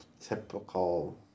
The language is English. typical